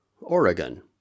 Oregon